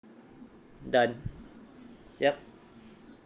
done yup